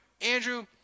Andrew